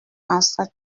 pensa